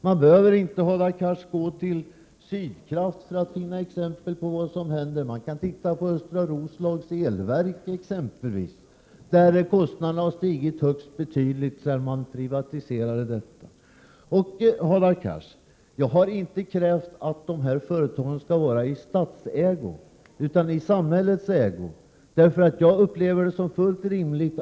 Man behöver inte, Hadar Cars, ange Sydkraft som exempel i det sammanhanget. Det går bra att hänvisa till Östra Roslags elverk exempelvis, där kostnaderna har ökat högst betydligt sedan företaget privatiserades. Jag har inte, Hadar Cars, krävt att dessa företag skall vara i statens ägo, utan jag har sagt att de skall vara i samhällets ägo.